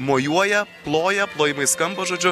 mojuoja ploja plojimai skamba žodžiu